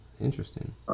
interesting